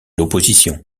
l’opposition